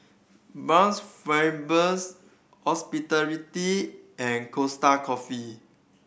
Bounce and Costa Coffee